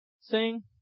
sing